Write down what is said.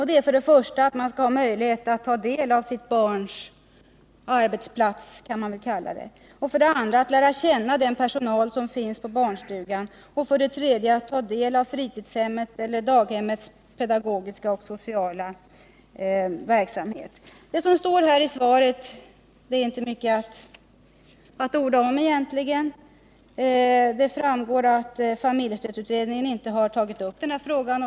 Det är för det första att föräldrarna skall ha möjlighet att ta del av sitt barns ”arbetsplats”, för det andra att föräldrarna får lära känna personalen på barnstugan och för det tredje att föräldrarna får ta del av fritidshemmets och daghemmets pedagogiska och sociala verksamhet. Det som står i svaret är det egentligen inte mycket att orda om. Det framgår av svaret att familjestödsutredningen inte har tagit upp den här frågan.